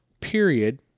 period